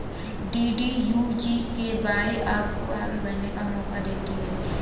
DDU GKY आपको आगे बढ़ने का मौका देती है